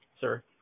sir